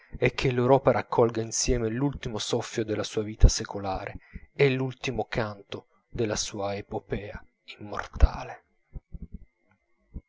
e che l'europa raccolga insieme l'ultimo soffio della sua vita secolare e l'ultimo canto della sua epopea immortale